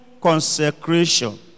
consecration